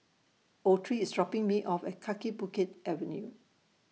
Autry IS dropping Me off At Kaki Bukit Avenue